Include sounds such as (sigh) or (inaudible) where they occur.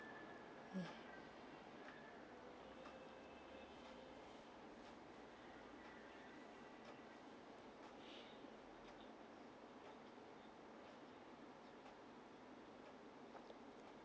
(noise)